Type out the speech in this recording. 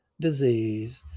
disease